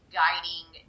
guiding